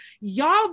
y'all